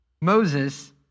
Moses